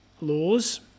laws